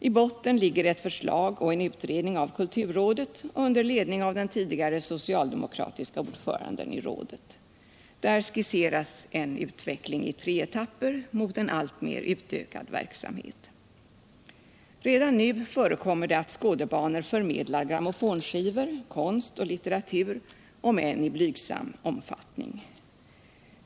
I botten ligger ett förslag och en utredning av kulturrådet under ledning av den . tidigare socialdemokratiske ordföranden i rådet. Där skisseras en utveckling i tre etapper mot en alltmer utökad verksamhet. Redan nu förekommer det att skådebanor förmedlar grammofonskivor, konst och litteratur, om än i blygsam omfattning.